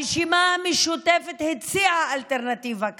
הרשימה המשותפת הציעה אלטרנטיבה כזו.